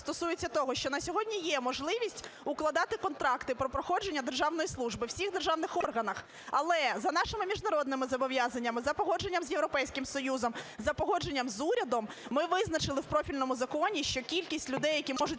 стосується того, що на сьогодні є можливість укладати контракти про проходження державної служби у всіх державних органах. Але за нашими міжнародними зобов'язаннями, за погодженням з Європейським Союзом, за погодженням з урядом ми визначили в профільному законі, що кількість людей, які можуть